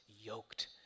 yoked